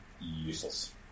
useless